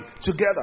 together